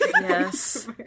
Yes